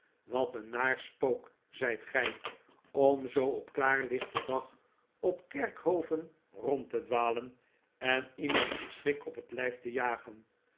wat een naar spook zijt gij om zoo op klaarlichten dag op kerkhoven rond te dwalen en iemand een schrik op het lijf te jagen